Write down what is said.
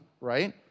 right